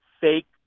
fake